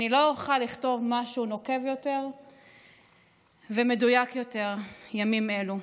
אני לא אוכל לכתוב משהו נוקב יותר ומדויק יותר בימים אלו: